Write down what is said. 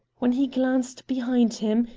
when he glanced behind him,